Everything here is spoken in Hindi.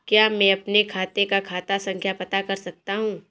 क्या मैं अपने खाते का खाता संख्या पता कर सकता हूँ?